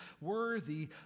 worthy